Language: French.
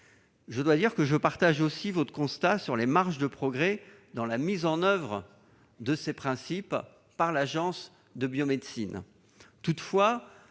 Je dois dire que je partage votre constat sur les marges de progrès dans la mise en oeuvre de ces principes par l'Agence de la biomédecine.